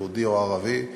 יהודי או ערבי,